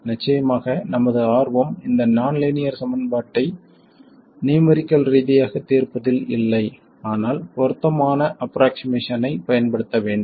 நிச்சயமாக நமது ஆர்வம் இந்த நான் லீனியர் சமன்பாட்டை நியூமெரிக்கல் ரீதியாக தீர்ப்பதில் இல்லை ஆனால் பொருத்தமான ஆஃப்ரோக்ஷிமேசன் ஐப் பயன்படுத்த வேண்டும்